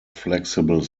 flexible